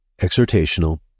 exhortational